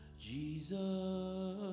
Jesus